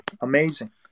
Amazing